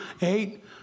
eight